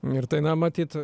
ir tai na matyt